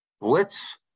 blitz